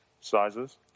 sizes